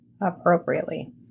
appropriately